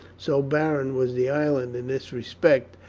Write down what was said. so barren was the island in this respect,